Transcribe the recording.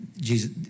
Jesus